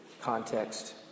context